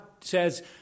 says